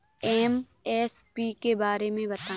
MSP के बारे में बतायें?